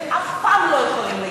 שאף פעם לא יכולים להתחתן כדת ישראל?